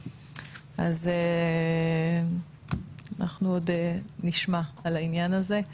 אז אנחנו עוד נשמע על העניין הזה,